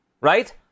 right